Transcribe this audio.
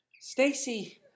Stacy